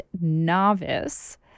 novice